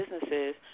businesses